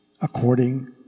according